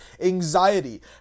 anxiety